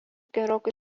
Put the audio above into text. gerokai